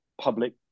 public